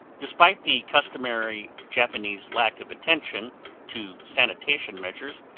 despite the customary japanese lack of attention to sanitation measures,